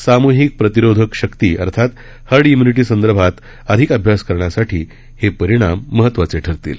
सामूहिक प्रतिरोधक शक्ती हर्ड इम्यूनिटी संदर्भात अधिक अभ्यास करण्यासाठी हे परिणाम महत्वाचे ठरतील